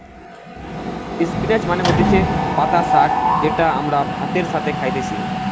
spinach মানে হতিছে পাতা শাক যেটা আমরা ভাতের সাথে খাইতেছি